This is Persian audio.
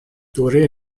دوره